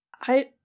I-